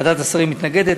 ועדת השרים מתנגדת,